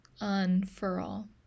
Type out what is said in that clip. unfurl